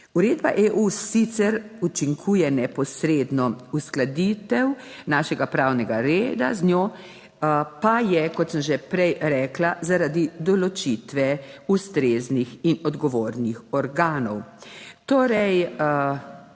Uredba EU sicer učinkuje neposredno, uskladitev našega pravnega reda z njo pa je, kot sem že prej rekla, zaradi določitve ustreznih in odgovornih organov. Torej,